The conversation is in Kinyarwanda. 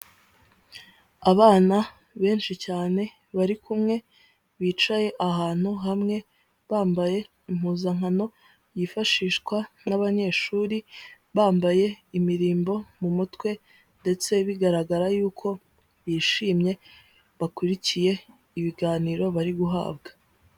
Abana benshi cyane bari kumwe bicaye ahantu hamwe bambaye impuzankano yifashishwa n'abanyeshuri bambaye imirimbo mu mutwe ndetse bigaragara yuko bishimye bakurikiye ibiganiro bari guhabwa.